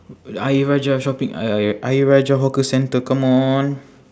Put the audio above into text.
ayer rajah shopping ayer ayer ayer rajah hawker centre come on